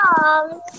mom